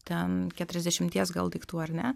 ten keturiasdešimties gal daiktų ar ne